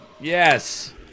Yes